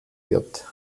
wird